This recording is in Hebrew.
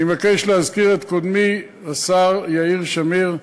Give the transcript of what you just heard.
אני מבקש להזכיר את קודמי, השר יאיר שמיר,